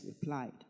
replied